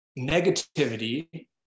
negativity